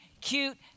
cute